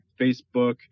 Facebook